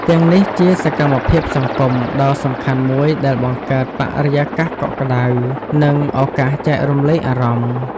ទាំងនេះជាសកម្មភាពសង្គមដ៏សំខាន់មួយដែលបង្កើតបរិយាកាសកក់ក្ដៅ និងឱកាសចែករំលែកអារម្មណ៍ ។